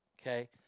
okay